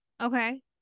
Okay